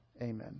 amen